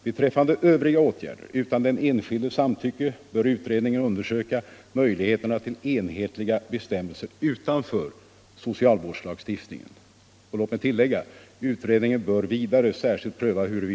Beträffande övriga åtgärder utan den enskildes samtycke bör utredningen undersöka möjligheterna till enhetliga bestämmelser utanför socialvårdslagstiftningen.